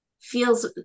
feels